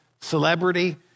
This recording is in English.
celebrity